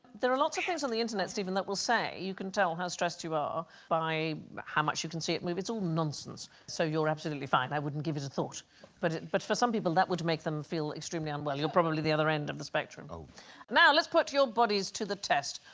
there are lots of things on the internet steven that will say you can tell how stressed you are by how much you can see it move. it's all nonsense so you're absolutely fine. i wouldn't give it a thought but but for some people that would make them feel extremely unwell, you're probably the other end of the spectrum now, let's put your bodies to the test.